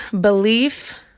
belief